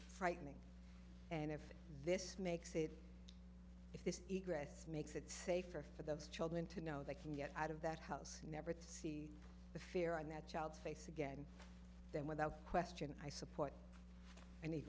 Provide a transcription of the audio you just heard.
frightening and if this makes it if this makes it safer for those children to know they can get out of that house never to see the fear on that child's face again then without question i support an